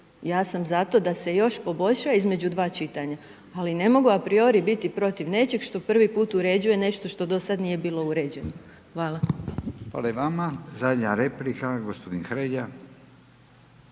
Ja sam za to da se još poboljša između dva čitanja. Ali, ne mogu apriori biti protiv nečeg, što prvi puta uređuje nešto što do sada nije bilo uređeno. Hvala. **Radin, Furio (Nezavisni)** Hvala i vama. Zadnja replika, gospodin Hrelja.